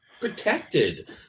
protected